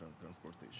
transportation